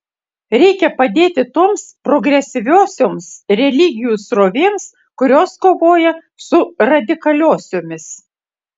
reikia padėti toms progresyviosioms religijų srovėms kurios kovoja su radikaliosiomis